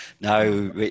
No